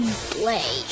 play